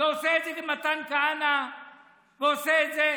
עושה את זה מתן כהנא ועושה את זה